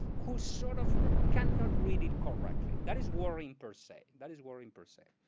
who sort of cannot read it correctly. that is worrying, per se. that is worrying, per se.